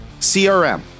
CRM